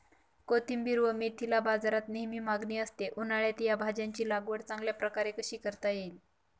कोथिंबिर व मेथीला बाजारात नेहमी मागणी असते, उन्हाळ्यात या भाज्यांची लागवड चांगल्या प्रकारे कशी करता येईल?